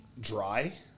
dry